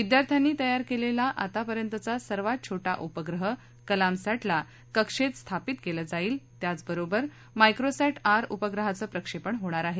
विद्यार्थ्यांनी तयार केलेल्या आतापर्यंतचा सर्वात छोटा उपग्रह कलामसॅटला कक्षेत स्थापित केलं जाईल त्याचबरोबर मायक्रोसॅंट आर उपग्रहाचं प्रक्षेपण होणार आहे